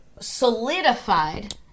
solidified